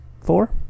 four